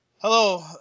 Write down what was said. Hello